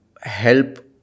help